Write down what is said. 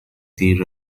دیر